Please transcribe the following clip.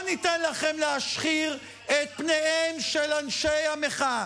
ולא ניתן לכם להשחיר את פניהם של אנשי המחאה.